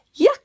yuck